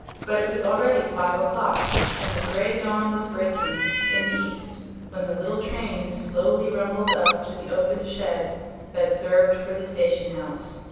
but it was already five o'clock and the gray dawn was breaking in the east when the little train slowly rumbled up to the open shed that served for the station-house.